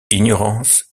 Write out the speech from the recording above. ignorance